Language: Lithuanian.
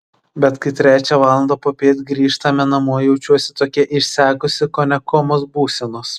bet kai trečią valandą popiet grįžtame namo jaučiuosi tokia išsekusi kone komos būsenos